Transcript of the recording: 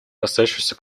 касающиеся